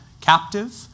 captive